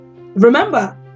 Remember